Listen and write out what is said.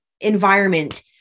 environment